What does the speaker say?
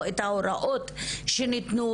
או את ההוראות שניתנו,